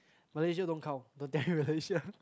Malaysia don't count don't tell me Malaysia